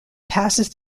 passes